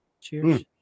cheers